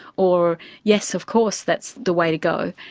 or yes, of course that's the way to go.